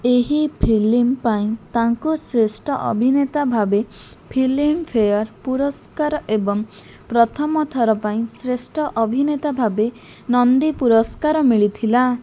ଏହି ଫିଲ୍ମ ପାଇଁ ତାଙ୍କୁ ଶ୍ରେଷ୍ଠ ଅଭିନେତା ଭାବେ ଫିଲ୍ମ ଫେୟାର୍ ପୁରସ୍କାର ଏବଂ ପ୍ରଥମଥର ପାଇଁ ଶ୍ରେଷ୍ଠ ଅଭିନେତା ଭାବେ ନନ୍ଦୀ ପୁରସ୍କାର ମିଳିଥିଲା